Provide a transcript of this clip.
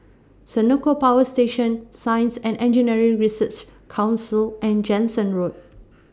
Senoko Power Station Science and Engineering Research Council and Jansen Road